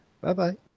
Bye-bye